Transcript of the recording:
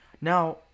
Now